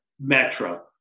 metro